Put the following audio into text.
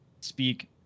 speak